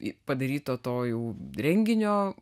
padaryto to jau renginio